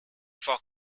vor